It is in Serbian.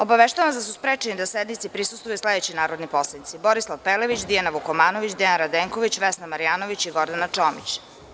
Obaveštavam vas da su sprečeni da sednici prisustvuju sledeći narodni poslanici: Borislav Pelević, Dijana Vukomanović, Dejan Radenković, Vesna Marjanović i Gordana Čomić.